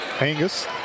Angus